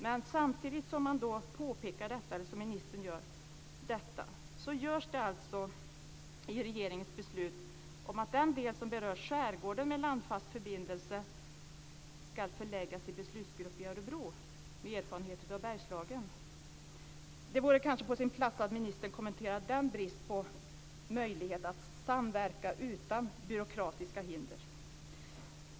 Men samtidigt som ministern påpekar detta fattas det alltså i regeringen beslut om att den del som berör skärgård med landfast förbindelse ska förläggas till beslutsgrupp i Örebro med erfarenhet av Bergslagen. Det vore kanske på sin plats att ministern kommenterade den bristen på möjlighet att samverka utan byråkratiska hinder.